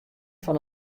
fan